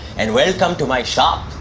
and welcome to my shop.